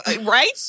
Right